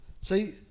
See